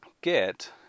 get